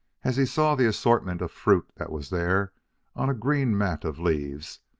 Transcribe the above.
as he saw the assortment of fruit that was there on a green mat of leaves,